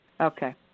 Okay